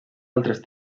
altres